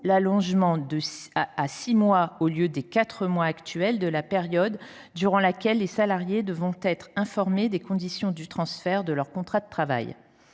l’allongement de quatre à six mois de la période durant laquelle les salariés devront être informés des conditions du transfert de leur contrat de travail.